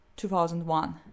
2001